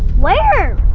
where?